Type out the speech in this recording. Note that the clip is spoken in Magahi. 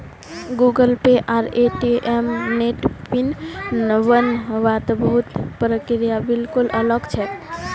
गूगलपे आर ए.टी.एम नेर पिन बन वात बहुत प्रक्रिया बिल्कुल अलग छे